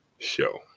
show